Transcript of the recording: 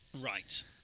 Right